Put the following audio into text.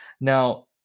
Now